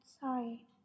sorry